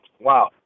wow